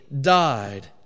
died